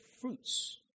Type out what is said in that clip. fruits